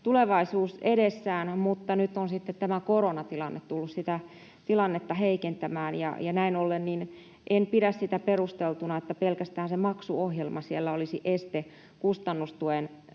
tulevaisuus edessään, mutta nyt on sitten tämä koronatilanne tullut sitä tilannetta heikentämään. Näin ollen en pidä sitä perusteltuna, että pelkästään se maksuohjelma olisi este kustannustuen